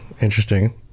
Interesting